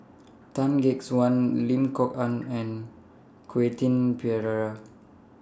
Tan Gek Suan Lim Kok Ann and Quentin Pereira